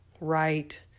right